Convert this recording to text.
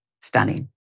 stunning